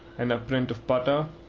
and a print of butter,